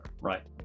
Right